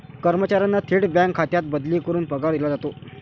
कर्मचाऱ्यांना थेट बँक खात्यात बदली करून पगार दिला जातो